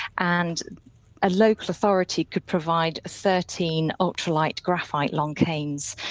and a local authority could provide thirteen ultralight graphite long canes